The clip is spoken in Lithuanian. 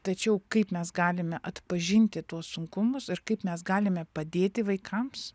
tačiau kaip mes galime atpažinti tuos sunkumus ir kaip mes galime padėti vaikams